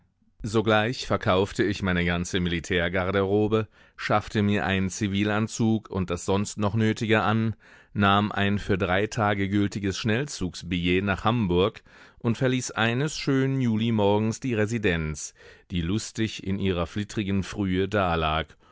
sogleich verkaufte ich meine ganze militärgarderobe schaffte mir einen zivilanzug und das sonst noch nötige an nahm ein für drei tage gültiges schnellzugsbillett nach hamburg und verließ eines schönen julimorgens die residenz die lustig in ihrer flittrigen frühe dalag